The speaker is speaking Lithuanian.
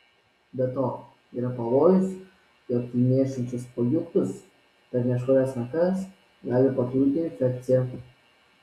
be to yra pavojus jog į niežtinčius spuogiukus per nešvarias rankas gali pakliūti infekcija